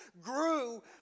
grew